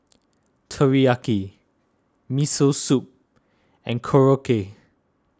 Teriyaki Miso Soup and Korokke